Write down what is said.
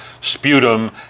sputum